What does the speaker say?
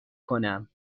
کنم